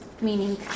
meaning